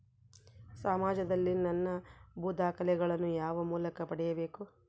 ಸಮಾಜದಲ್ಲಿ ನನ್ನ ಭೂ ದಾಖಲೆಗಳನ್ನು ಯಾವ ಮೂಲಕ ಪಡೆಯಬೇಕು?